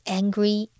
angry